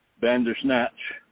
bandersnatch